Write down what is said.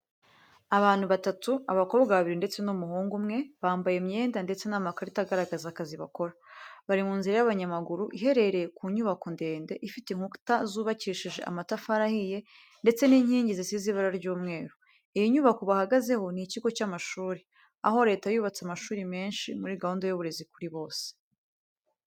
Abantu batatu, abakobwa babiri ndetse n’umuhungu umwe bambaye imyenda ndetse n’amakarita agaragaza akazi bakora. Bari mu nzira y’abanyamaguru iherereye ku nyubako ndende, ifite inkuta zubakishije amatafari ahiye ndetse n’inkingi zisize ibara ry'umweru. Iyi nyubako bahagazeho ni ikigo cy’amashuri, aho Leta yubatse amashuri menshi muri gahunda y’uburezi kuri bose.